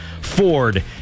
Ford